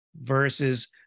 versus